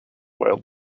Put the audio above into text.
wild